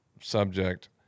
subject